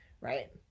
right